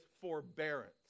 forbearance